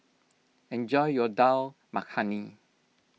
enjoy your Dal Makhani